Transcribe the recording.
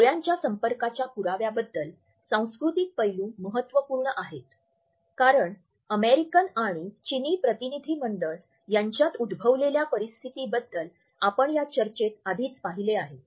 डोळ्यांच्या संपर्काच्या पुराव्यांबद्दल सांस्कृतिक पैलू महत्त्वपूर्ण आहेत कारण अमेरिकन आणि चिनी प्रतिनिधीमंडळ यांच्यात उद्भवलेल्या परिस्थितीबद्दल आपण या चर्चेत आधीच पाहिले आहे